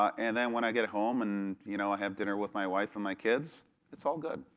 um and then when i get home and you know i have dinner with my wife and my kids it's all good,